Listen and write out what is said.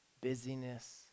Busyness